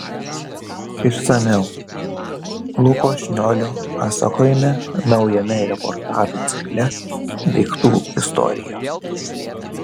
išsamiau luko šniolio pasakojime naujame reportažų cikle daiktų istorijos